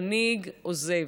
כשמנהיג עוזב.